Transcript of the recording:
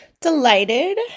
delighted